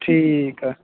ਠੀਕ ਆ